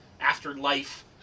afterlife